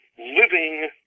living